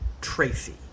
Tracy